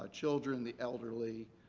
ah children, the elderly,